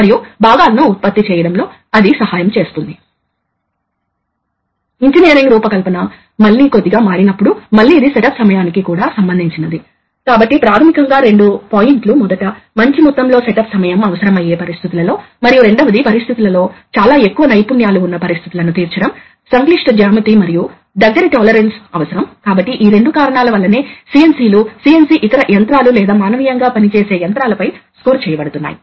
ఒక నిర్దిష్ట సమయంలో మీరు షిఫ్టింగ్ ప్రారంభించవచ్చు మరియు అది ఒక టెర్మినల్ వద్ద ప్రెషర్ మారినప్పుడు పడిపోతుంది మరియు మరొక టెర్మినల్ వద్ద ప్రెషర్ ముగుస్తుంది ఆపై అది ఒక నిర్దిష్ట స్థాయికి పైకి పెరిగినప్పుడు అప్పుడు షిఫ్టింగ్ ఆగిపోవాలి తద్వారా సిలిండర్ అంతటా కొంత ప్రెషర్ వస్తుంది